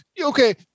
Okay